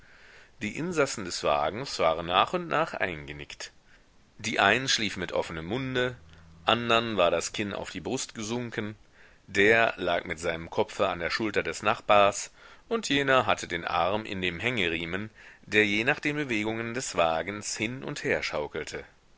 die insassen des wagens waren nach und nach eingenickt die einen schliefen mit offenem munde andern war das kinn auf die brust gesunken der lag mit seinem kopfe an der schulter des nachbars und jener hatte den arm in dem hängeriemen der je nach den bewegungen des wagens hin und her schaukelte